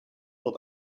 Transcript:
dort